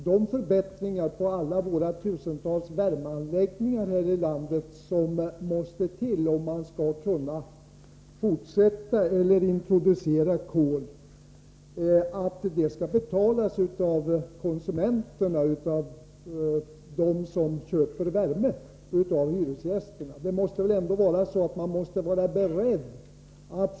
De förbättringar på alla våra tusentals oljeeldade värmeanläggningar här i landet, som måste till om man skall kunna fortsätta att använda dem eller kunna introducera kol, skall väl inte betalas av konsumenterna, av dem som köper värme, dvs. hyresgästerna?